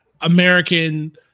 American